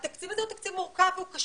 התקציב הזה הוא מורכב וקשה,